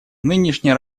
нынешняя